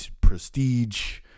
prestige